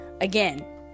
Again